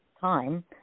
time